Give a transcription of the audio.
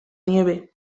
nieve